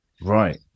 Right